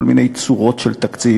כל מיני צורות של תקציב,